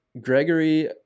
Gregory